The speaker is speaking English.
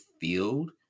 field